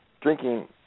drinking